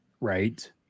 Right